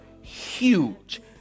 huge